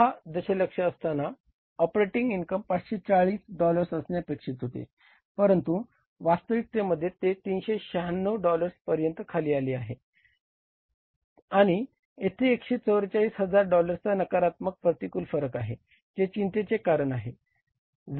6 दशलक्ष असताना operating income 540 dollars असणे अपेक्षित होते परंतु वास्तविकतेमध्ये ते 396 डॉलर्स पर्यंत खाली आले आहे आणि येथे 144 हजार डॉलर्सचा नकारात्मक प्रतिकूल फरक आहे जे चिंतेचे कारण आहे